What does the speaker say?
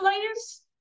layers